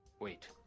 Wait